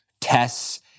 tests